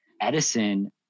Edison